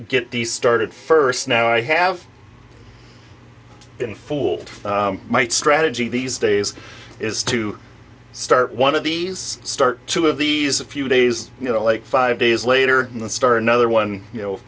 get these started first now i have in full might strategy these days is to start one of these start two of these a few days you know like five days later in the star another one you know